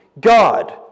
God